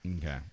okay